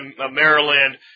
Maryland